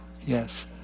Yes